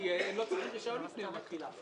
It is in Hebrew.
כי הם לא צריכים רישיון לפני יום התחילה.